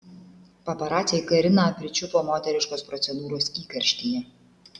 paparaciai kariną pričiupo moteriškos procedūros įkarštyje